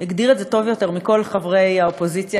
הגדיר את זה טוב יותר מכל חברי האופוזיציה